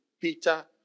Peter